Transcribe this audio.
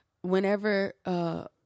whenever